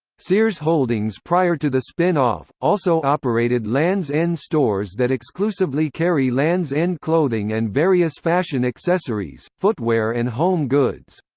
sears holdings prior to the spin off, also operated lands' end stores that exclusively carry lands' end clothing and various fashion accessories, footwear and home goods.